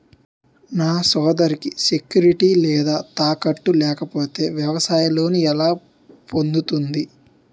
నా సోదరికి సెక్యూరిటీ లేదా తాకట్టు లేకపోతే వ్యవసాయ లోన్ ఎలా పొందుతుంది?